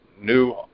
new